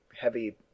heavy